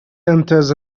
enters